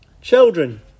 Children